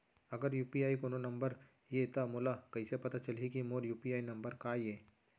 अगर यू.पी.आई कोनो नंबर ये त मोला कइसे पता चलही कि मोर यू.पी.आई नंबर का ये?